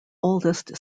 oldest